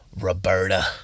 Roberta